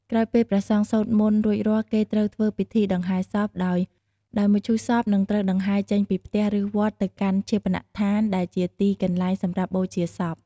ក្រោយពេលព្រះសង្ឃសូត្រមន្ដរួចរាល់គេត្រូវធ្វើពិធីដង្ហែសព ដោយមឈូសសពនឹងត្រូវដង្ហែរចេញពីផ្ទះ ឬវត្ត ទៅកាន់ ឈាបនដ្ឋាន ដែលជាទីកន្លែងសម្រាប់បូជាសព។